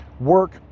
work